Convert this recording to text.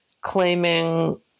claiming